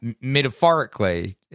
metaphorically